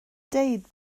dweud